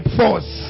force